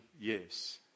Yes